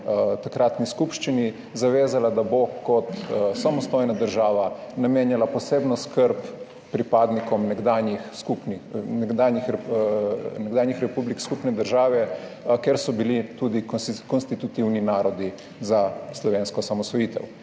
takratni skupščini, zavezala, da bo kot samostojna država namenjala posebno skrb pripadnikom nekdanjih republik skupne države, kjer so bili tudi konstitutivni narodi za slovensko osamosvojitev.